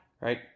Right